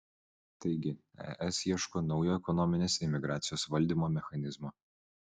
taigi es ieško naujo ekonominės imigracijos valdymo mechanizmo